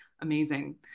amazing